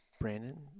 brandon